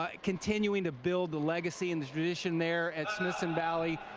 ah continuing to build the legacy and the tradition there at smithson valley,